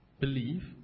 believe